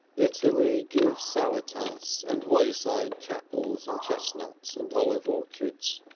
italy gives salitas and wayside chapels and chestnuts and olive orchards,